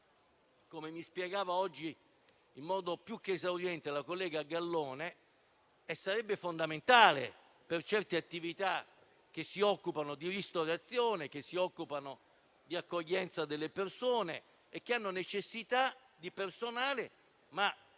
come mi spiegava oggi, in modo più che esauriente, la collega Gallone, sarebbe fondamentale per certe attività che si occupano di ristorazione e di accoglienza delle persone e hanno necessità di personale, ma